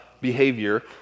behavior